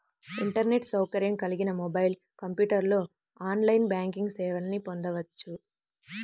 internet సౌకర్యం కలిగిన mobile, కంప్యూటర్లో ఆన్లైన్ బ్యాంకింగ్ సేవల్ని పొందొచ్చు